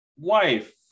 wife